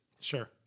Sure